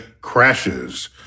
crashes